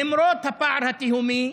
למרות הפער התהומי,